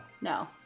no